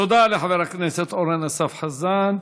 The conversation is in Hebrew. תודה לחבר הכנסת אורן אסף חזן.